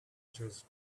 just